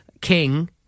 King